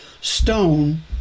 stone